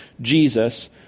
Jesus